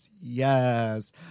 Yes